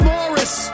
Morris